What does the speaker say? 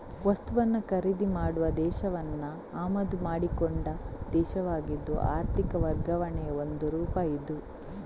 ವಸ್ತುವನ್ನ ಖರೀದಿ ಮಾಡುವ ದೇಶವನ್ನ ಆಮದು ಮಾಡಿಕೊಂಡ ದೇಶವಾಗಿದ್ದು ಆರ್ಥಿಕ ವರ್ಗಾವಣೆಯ ಒಂದು ರೂಪ ಇದು